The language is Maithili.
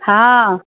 हँ